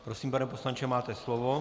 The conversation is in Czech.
Prosím, pane poslanče, máte slovo.